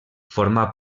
formà